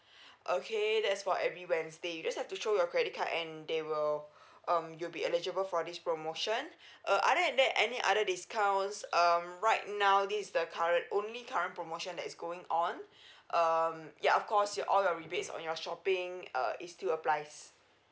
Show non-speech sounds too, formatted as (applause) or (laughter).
(breath) okay that's for every wednesday you just have to show your credit card and they will um you'll be eligible for this promotion (breath) uh other than that any other discounts um right now this is the current only current promotion that is going on um ya of course you all your rebates on your shopping uh is still applies